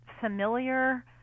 familiar